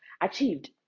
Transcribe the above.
achieved